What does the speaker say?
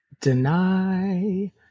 deny